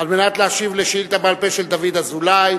על מנת להשיב על שאילתא בעל-פה של דוד אזולאי